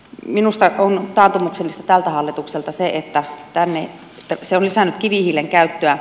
minusta on taantumuksellista tältä hallitukselta se että se on lisännyt kivihiilen käyttöä